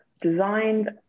designed